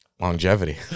Longevity